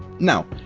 now,